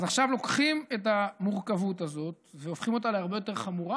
עכשיו לוקחים את המורכבות הזאת והופכים אותה להרבה יותר חמורה,